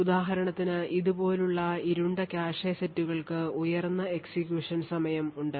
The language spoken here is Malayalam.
ഉദാഹരണത്തിന് ഇതുപോലുള്ള ഇരുണ്ട കാഷെ സെറ്റുകൾക്ക് ഉയർന്ന എക്സിക്യൂഷൻ സമയം ഉണ്ട്